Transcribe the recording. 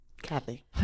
Kathy